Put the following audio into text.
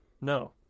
No